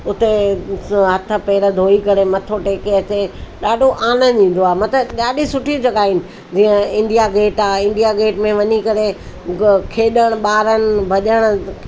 उते हथ पेर धोई करे मथो टेके अचे ॾाढो आनंद ईंदो आहे मतिलबु ॾाढी सुठी जॻहियूं आहिनि जीअं इंडिया गेट आहे इंडिया गेट में वञी करे गो खेॾण ॿारनि भॼणु